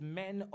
men